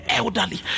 elderly